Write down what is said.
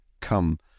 come